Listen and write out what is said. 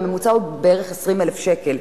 הממוצע הוא בערך 20,000 שקל,